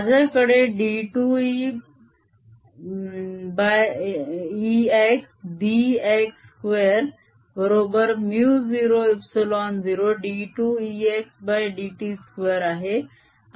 माझ्याकडे d2Exdx2 बरोबर μ0ε0d2Exdt2 आहे